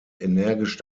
energisch